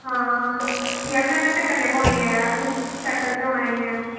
आं ते मैह्नत करनी गै पौनी ऐ कुछ सेटल ते होना ई ऐ